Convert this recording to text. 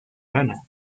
ghana